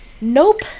Nope